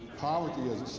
poverty is